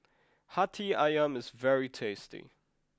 Hati Ayam is very tasty